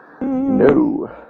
No